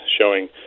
showing